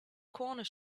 corner